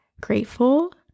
grateful